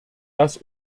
dass